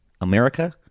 america